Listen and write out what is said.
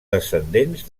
descendents